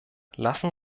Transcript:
lassen